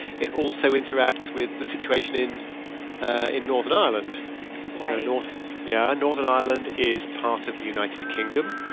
it also interacts with the situation in ah in northern ireland north yeah, and northern ireland is part of the united kingdom.